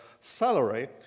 salary